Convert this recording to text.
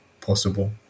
possible